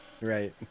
right